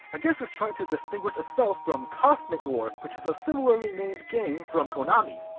i guess it's trying to distinguish itself from cosmic wars, which is a similarly-named game from konami.